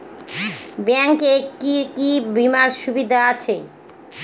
Bank এ কি কী বীমার সুবিধা আছে?